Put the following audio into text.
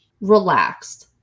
relaxed